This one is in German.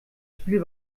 spiel